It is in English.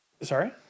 Sorry